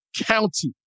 County